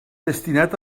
destinat